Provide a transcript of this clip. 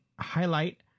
highlight